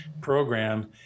program